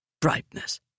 Brightness